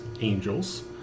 angels